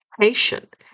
patient